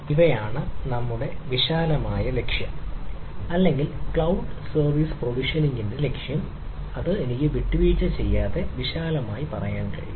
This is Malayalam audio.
ഇവയാണ് നമ്മളുടെ വിശാലമായ ലക്ഷ്യം അല്ലെങ്കിൽ ക്ലൌഡ് സർവീസ് പ്രൊവിഷനിംഗിന്റെ ഒരു ലക്ഷ്യം എനിക്ക് വിട്ടുവീഴ്ച ചെയ്യാതെ വിശാലമായി പറയാൻ കഴിയും